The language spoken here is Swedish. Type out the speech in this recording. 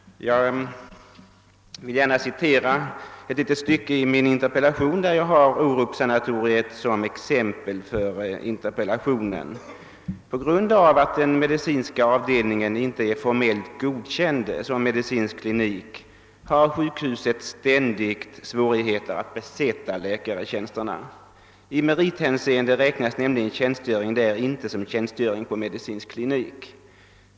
Jag vill gärna citera ett litet stycke av min interpellation, där jag har tagit Orupssjukhuset som exempel: >»På grund av att den medicinska avdelningen inte är formellt godkänd som medicinsk klinik har sjukhuset ständigt svårigheter att besätta läkartjänsterna. I merithänseende räknas nämligen tjänstgöring där inte som tjänstgöring på medicinsk klinik.